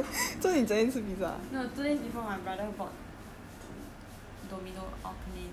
no two days before my brother bought Domino's or Canadian Pizza eh Canadian